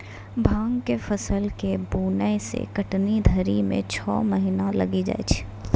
भाँग के फसल के बुनै से कटनी धरी मे छौ महीना लगी जाय छै